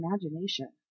imagination